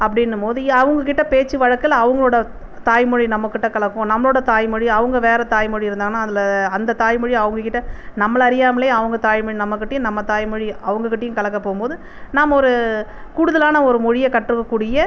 அப்படின்னும் போது அவங்ககிட்டபேச்சுவழக்கில் அவங்களோட தாய் மொழி நம்மக்கிட்ட கலக்கும் நம்மளோட தாய் மொழி அவங்க வேற தாய் மொழி இருந்தாங்கன்னா அதில் அந்த தாய் மொழி அவங்ககிட்ட நம்மளை அறியாமைலே அவங்க தாய் மொழி நம்மக்கிட்டையும் நம்ம தாய் மொழி அவங்கக்கிட்டயும் கலக்கப் போகும்போது நம்ம ஒரு கூடுதலான ஒரு மொழிய கற்றுக்கக் கூடிய